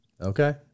Okay